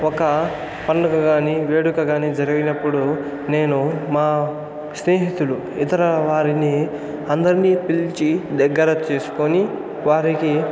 ఒక పండుగ కాని వేడుక కాని జరిగినప్పుడు నేను మా స్నేహితుడు ఇతర వారిని అందరినీ పిలిచి దగ్గర చేసుకొని వారికి